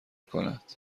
کند